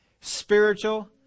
spiritual